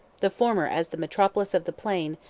the former as the metropolis of the plain,